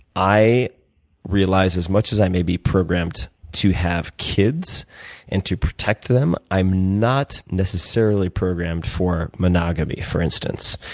i realize, as much as i may be programmed to have kids and to protect them, i'm not necessarily programmed for monogamy, for instance.